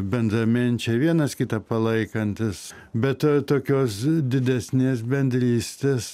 bendraminčiai vienas kitą palaikantys bet tokios didesnės bendrystės